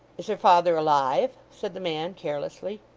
is her father alive said the man, carelessly.